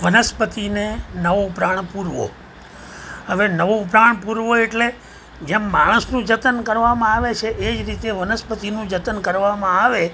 વનસ્પતિને નવો પ્રાણ પૂરવો હવે નવો પ્રાણ પૂરવો એટલે જેમ માણસનું જતન કરવામાં આવે છે એ જ રીતે વનસ્પતિનું જતન કરવામાં આવે